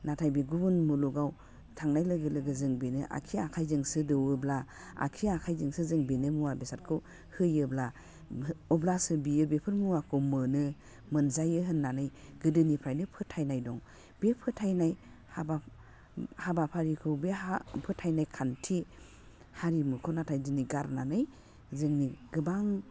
नाथाय बे गुबुन मुलुगाव थांनाय लोगो लोगो जों बिनो आग्सि आखाइजोंसो दौवोब्ला आग्सि आखाइजोंसो जों बिनो मुवा बेसादखौ होयोब्ला अब्लासो बियो बेफोर मुवाखौ मोनो मोनजायो होननानै गोदोनिफ्रायनो फोथायनाय दं बे फोथायनाय हाबा हाबाफारिखौ बे हा फोथायनाय खान्थि हारिमुखौ नाथाय दिनै गारनानै जोंनि गोबां